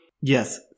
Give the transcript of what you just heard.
Yes